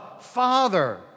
Father